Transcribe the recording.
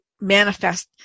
manifest